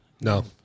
No